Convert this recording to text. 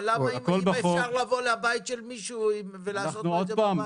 אבל למה אם אפשר לבוא לבית של מישהו ולעשות לו את זה בבית?